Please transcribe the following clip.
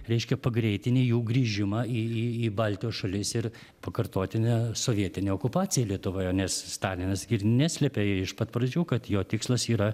reiškia pagreitini jų grįžimą į į baltijos šalis ir pakartotinė sovietinė okupacija lietuvoje nes stalinas ir neslėpė iš pat pradžių kad jo tikslas yra